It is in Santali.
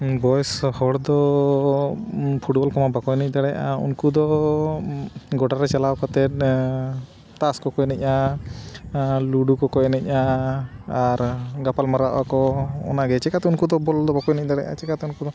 ᱵᱚᱭᱮᱥᱠᱚ ᱦᱚᱲ ᱫᱚ ᱯᱷᱩᱴᱵᱚᱞ ᱠᱚᱢᱟ ᱵᱟᱠᱚ ᱮᱱᱮᱡ ᱫᱟᱲᱮᱭᱟᱜᱼᱟ ᱩᱱᱠᱩ ᱫᱚ ᱜᱚᱰᱟ ᱨᱮ ᱪᱟᱞᱟᱣ ᱠᱟᱛᱮ ᱛᱟᱥ ᱠᱚᱠᱚ ᱮᱱᱮᱡᱼᱟ ᱞᱩᱰᱩ ᱠᱚᱠᱚ ᱮᱱᱮᱡᱼᱟ ᱟᱨ ᱜᱟᱯᱟᱞ ᱢᱟᱨᱟᱣ ᱟᱠᱚ ᱚᱱᱟᱜᱮ ᱪᱮᱠᱟᱛᱮ ᱩᱱᱠᱩ ᱫᱚ ᱵᱚᱞ ᱫᱚ ᱵᱟᱠᱚ ᱮᱱᱮᱡ ᱫᱟᱲᱮᱭᱟᱜᱼᱟ ᱪᱮᱠᱟᱛᱮ ᱩᱱᱠᱩ ᱫᱚ